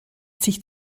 sich